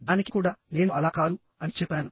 దానికి కూడా నేను అలా కాదు అని చెప్పాను